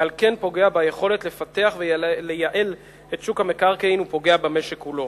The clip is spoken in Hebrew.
ועל כן פוגע ביכולת לפתח ולייעל את שוק המקרקעין ופוגע במשק כולו.